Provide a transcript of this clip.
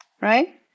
right